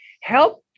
help